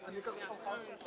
הצעת החוק אושרה פה אחד.